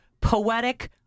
poetic